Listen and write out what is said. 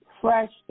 fresh